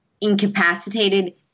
incapacitated